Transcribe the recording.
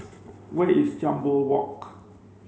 where is Jambol Walk